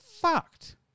fucked